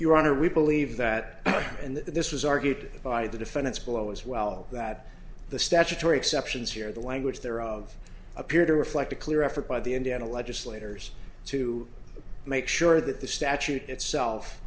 honor we believe that and that this was argued by the defendants below as well that the statutory exceptions here the language there of appear to reflect a clear effort by the indiana legislators to make sure that the statute itself